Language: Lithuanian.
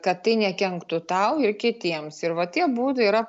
kad tai nekenktų tau ir kitiems ir va tie būdai yra